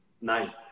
Nine